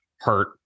hurt